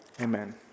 Amen